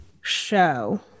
show